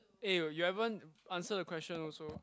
eh you haven't answer the question also